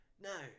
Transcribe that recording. No